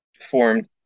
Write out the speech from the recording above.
formed